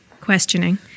questioning